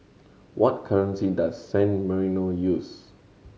what currency does San Marino use